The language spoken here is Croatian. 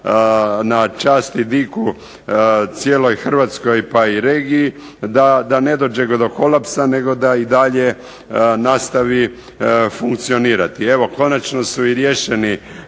na čast i diku cijeloj Hrvatskoj pa i regiji da ne dođe do kolapsa nego da i dalje nastavi funkcionirati. Evo konačno su i riješeni,